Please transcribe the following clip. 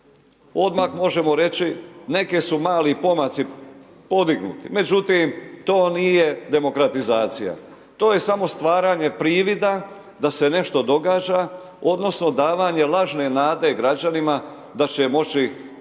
Odmah možemo reći neki su mali pomaci podignuti, međutim to nije demokratizacija, to je samo stvaranje privida da se nešto događa odnosno davanje lažne nade građanima da će moći biti